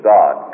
God